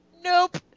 nope